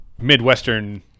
Midwestern